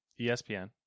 ESPN